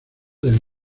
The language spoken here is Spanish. del